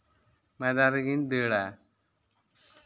ᱢᱚᱭᱫᱟᱱ ᱨᱮᱜᱮᱧ ᱫᱟᱹᱲᱟ